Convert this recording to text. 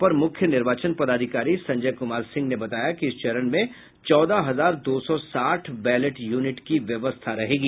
अपर मुख्य निर्वाचन पदाधिकारी संजय कुमार सिंह ने बताया कि इस चरण में चौदह हजार दो सौ साठ बैलेट यूनिट की व्यवस्था रहेगी